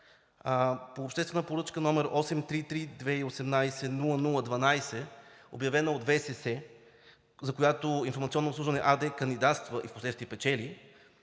По обществена поръчка № 83320180012, обявена от ВСС, за която „Информационно обслужване“ АД кандидатства и впоследствие печели,